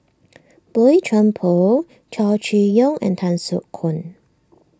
Boey Chuan Poh Chow Chee Yong and Tan Soo Khoon